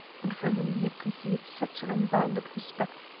and for whom he had conceived such an unbounded respect.